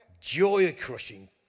joy-crushing